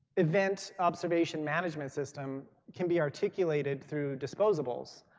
event observation management system can be articulated through disposables.